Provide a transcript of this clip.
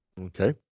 Okay